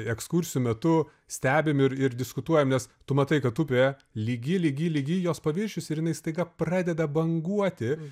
ekskursijų metu stebim ir ir diskutuojam nes tu matai kad upėje lygi lygi lygi jos paviršius ir jinai staiga pradeda banguoti